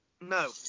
No